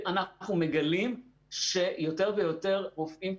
ואנחנו מגלים שיותר ויותר רופאים,